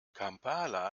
kampala